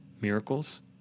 miracles